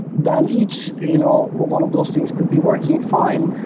then each you know one of those things could be working fine.